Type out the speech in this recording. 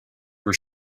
were